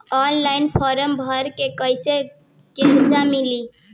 Online form भर के कैसे कर्जा मिली?